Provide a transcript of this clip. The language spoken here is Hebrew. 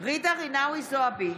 ג'ידא רינאוי זועבי,